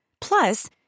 Plus